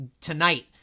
tonight